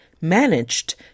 managed